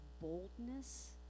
boldness